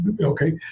okay